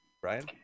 Brian